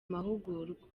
mahugurwa